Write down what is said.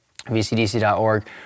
vcdc.org